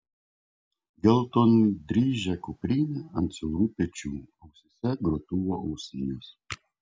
geltondryžė kuprinė ant siaurų pečių ausyse grotuvo ausinės